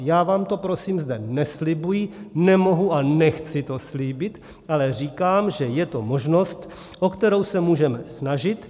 Já vám to prosím zde neslibuji, nemohu a nechci to slíbit, ale říkám, že je to možnost, o kterou se můžeme snažit.